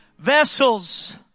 Vessels